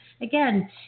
again